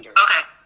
yeah okay.